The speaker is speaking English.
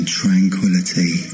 tranquility